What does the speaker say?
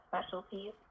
specialties